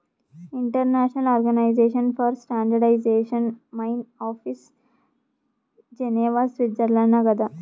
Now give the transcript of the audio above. international organization for standardization main office Geneva Switzerland ನಾಗ್ ಅದಾ